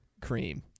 cream